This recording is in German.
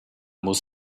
muss